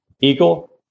eagle